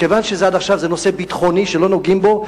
מכיוון שעד עכשיו זה נושא ביטחוני שלא נוגעים בו,